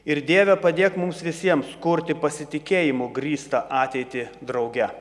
ir dieve padėk mums visiems kurti pasitikėjimu grįstą ateitį drauge